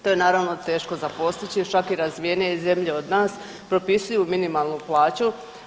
To je naravno teško za postići, čak i razvijenije zemlje od nas propisuju minimalnu plaću.